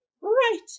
right